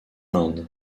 inde